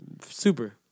Super